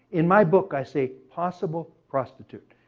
in my book i say possible prostitute.